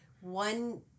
one